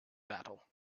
battle